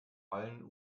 allen